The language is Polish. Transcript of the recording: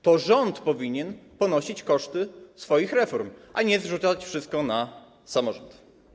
To rząd powinien ponosić koszty swoich reform, a nie zrzucać wszystko na samorząd.